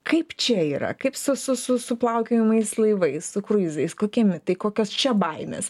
kaip čia yra kaip su su su su plaukiojimais laivai su kruizais kokie mitai kokios čia baimės